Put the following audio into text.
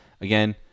Again